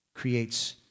creates